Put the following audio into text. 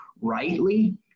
rightly